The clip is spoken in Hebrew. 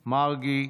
מרגי,